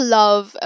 love